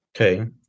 Okay